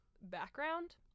background